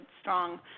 strong